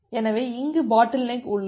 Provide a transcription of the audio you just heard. எனவே இங்கு பாட்டில்நெக் உள்ளது